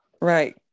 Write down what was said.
Right